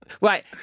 Right